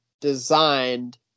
designed